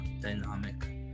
dynamic